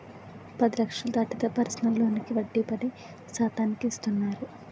పది లక్షలు దాటితే పర్సనల్ లోనుకి వడ్డీ పది శాతానికి ఇస్తున్నారు